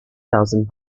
thousand